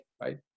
right